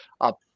up